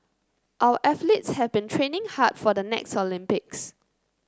our athletes have been training hard for the next Olympics